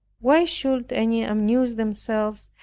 why should any amuse themselves,